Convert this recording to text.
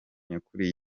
nyakuri